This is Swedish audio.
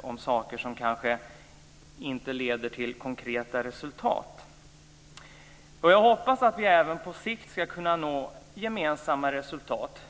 om saker som kanske inte leder till konkreta resultat. Jag hoppas att vi även på sikt ska kunna nå gemensamma resultat.